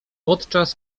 podczas